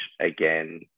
again